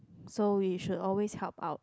so we should always help out